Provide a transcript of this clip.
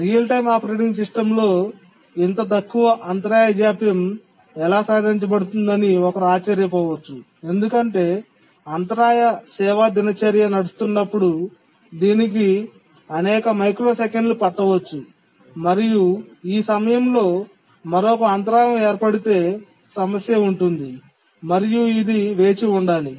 real time operating సిస్టమ్లో ఇంత తక్కువ అంతరాయ జాప్యం ఎలా సాధించబడుతుందని ఒకరు ఆశ్చర్యపోవచ్చు ఎందుకంటే అంతరాయ సేవా దినచర్య నడుస్తున్నప్పుడు దీనికి అనేక మైక్రోసెకన్లు పట్టవచ్చు మరియు ఈ సమయంలో మరొక అంతరాయం ఏర్పడితే సమస్య ఉంటుంది మరియు ఇది వేచి ఉండాలి